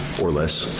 or less,